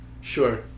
sure